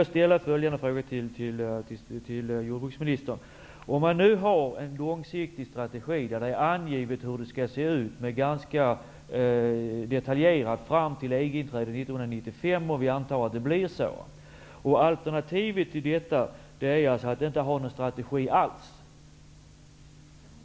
Jag undrar vad jordbruksministern anser om följande. Om man nu har en långsiktig strategi, som innebär att man ganska detaljerat har angett hur det skall se ut fram till EG-inträdet 1995, om vi antar att Sverige blir medlem då, är alternativet då att inte ha någon strategi alls?